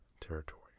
territory